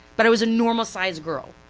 but i was a normal sized girl.